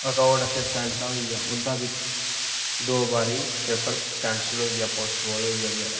accountant assistant दा होई गेआ ओह्दा बी दो बारी पेपर कैंसल होई गेआ पोस्टपोन होई गेआ बगैरा